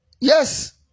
Yes